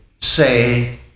say